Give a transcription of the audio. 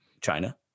China